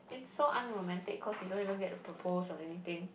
it's so unromantic cause you don't even get a propose or anything